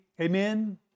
Amen